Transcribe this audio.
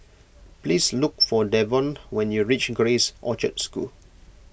please look for Davonte when you reach Grace Orchard School